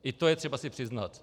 I to je třeba si přiznat.